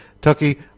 Tucky